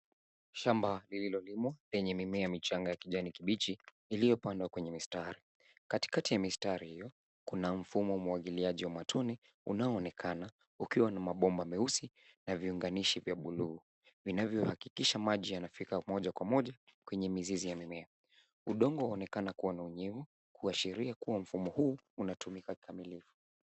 Shamba lililolimwa lenye mimea michanga ya kijani kibichi, iliyopandwa kwenye mistari. Katikati ya mistari hiyo kuna mfumo wa umwagiliaji wa matone, unao onekana. Ukiwa na mabomba meusi na viunganishi vya buluu. Vinavyohakikisha maji yanafika moja kwa moja , kwenye mizizi ya mimea .udongo unaonekana kuwa na unyevu , kuashiria kuwa mfumo huu unatumika kikamilifu.